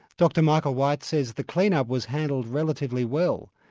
dr michael white says the clean-up was handled relatively well.